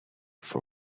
for